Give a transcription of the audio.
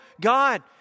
God